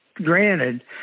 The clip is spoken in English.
Granted